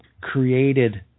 created